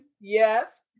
Yes